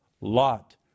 Lot